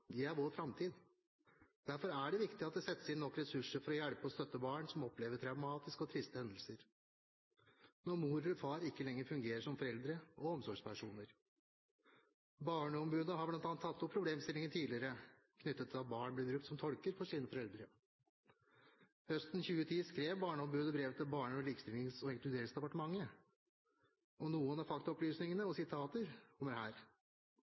de er vår framtid. Derfor er det viktig at det settes inn nok ressurser for å hjelpe og støtte barn som opplever traumatiske og triste hendelser når mor eller far ikke lenger fungerer som foreldre og omsorgspersoner. Barneombudet har tidligere bl.a. tatt opp problemstillingen knyttet til at barn blir brukt som tolker for sine foreldre. Høsten 2010 skrev Barneombudet brev til Barne-, likestillings- og inkluderingsdepartementet. Noen faktaopplysninger og sitater fra brevet kommer her: Barn benyttes som tolk for sine foreldre i deler av